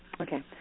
Okay